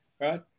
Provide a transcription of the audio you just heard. right